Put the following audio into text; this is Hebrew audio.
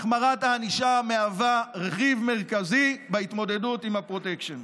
החמרת הענישה היא רכיב מרכזי בהתמודדות עם הפרוטקשן.